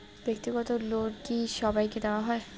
ব্যাক্তিগত লোন কি সবাইকে দেওয়া হয়?